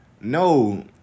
No